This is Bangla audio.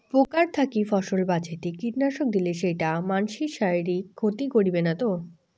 পোকার থাকি ফসল বাঁচাইতে কীটনাশক দিলে সেইটা মানসির শারীরিক ক্ষতি করিবে না তো?